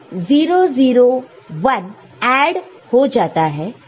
तो 0 0 1 ऐड हो जाता है